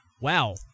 Wow